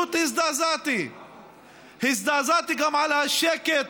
הזדעזעתי גם מהשקט